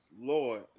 Lord